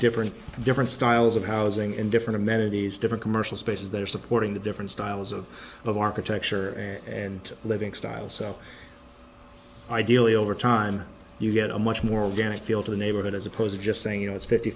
different different styles of housing and different amenities different commercial spaces that are supporting the different styles of of architecture and living style so ideally over time you get a much more organic feel to the neighborhood as opposed to just saying you know it's fifty